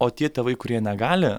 o tie tėvai kurie negali